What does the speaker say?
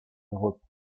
l’europe